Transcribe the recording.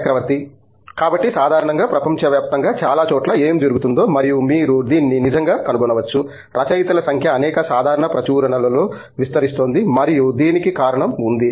చక్రవర్తి కాబట్టి సాధారణంగా ప్రపంచవ్యాప్తంగా చాలా చోట్ల ఏం జరుగుతుందో మరియు మీరు దీన్ని నిజంగా కనుగొనవచ్చు రచయితల సంఖ్య అనేక సాధారణ ప్రచురణలలో విస్తరిస్తోంది మరియు దీనికి కారణం ఉంది